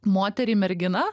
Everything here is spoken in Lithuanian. moterį merginą